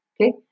Okay